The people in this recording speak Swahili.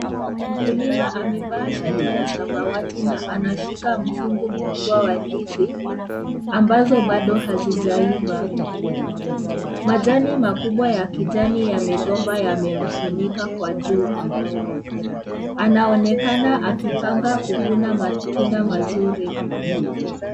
Mkulima amevaa shati la samawati na anashika mkungu. kubwa wa ndizi ambazo bado hazijaiva . Majani makubwa ya kijani ya migomba yamefunika mmkwa jua, anaonekana akipanga kuvuna matunda mazuri.